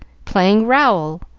playing rowell.